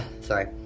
Sorry